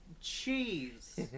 cheese